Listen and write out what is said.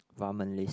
ramen list